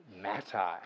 matter